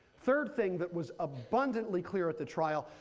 third thing that was abundantly clear at the trial,